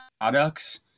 products